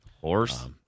Horse